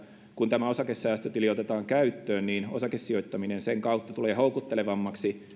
kun tämä osakesäästötili otetaan käyttöön niin osakesijoittaminen sen kautta tulee houkuttelevammaksi